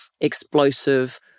explosive